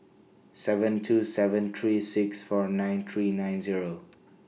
seven two seven three six four nine three nine Zero